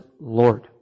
Lord